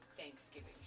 thanksgiving